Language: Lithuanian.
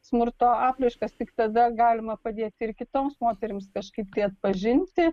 smurto apraiškas tik tada galima padėti ir kitoms moterims kažkaip tai atpažinti